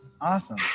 Awesome